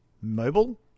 mobile